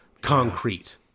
concrete